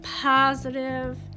positive